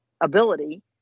ability